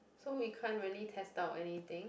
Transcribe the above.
so we can't really test out anything